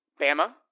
Bama